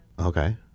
Okay